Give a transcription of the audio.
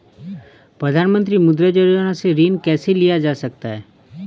प्रधानमंत्री मुद्रा योजना से ऋण कैसे लिया जा सकता है?